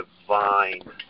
divine